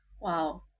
Wow